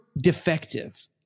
defective